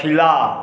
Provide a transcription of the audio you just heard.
पछिला